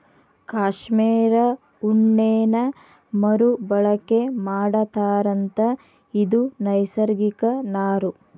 cashmere ಉಣ್ಣೇನ ಮರು ಬಳಕೆ ಮಾಡತಾರಂತ ಇದು ನೈಸರ್ಗಿಕ ನಾರು